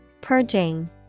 purging